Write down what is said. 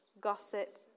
gossip